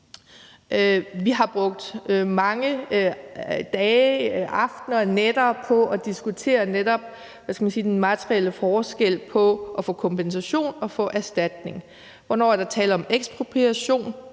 Vi har brugt mange dage, aftener og nætter på at diskutere netop – hvad skal man sige – den materielle forskel på at få kompensation og få erstatning. Hvornår er der tale om ekspropriation?